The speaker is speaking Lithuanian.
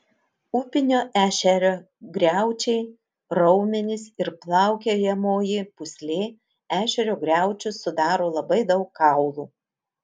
upinio ešerio griaučiai raumenys ir plaukiojamoji pūslė ešerio griaučius sudaro labai daug kaulų